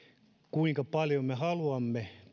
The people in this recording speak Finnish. kuinka paljon me haluamme